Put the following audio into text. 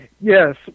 Yes